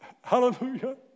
Hallelujah